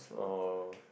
oh